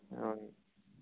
అవునండి